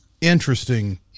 interesting